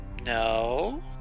no